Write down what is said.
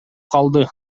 калды